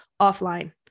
offline